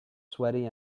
sweaty